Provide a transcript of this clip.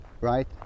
right